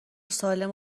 سالم